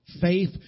Faith